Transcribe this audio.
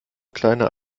kleiner